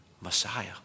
Messiah